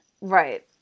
Right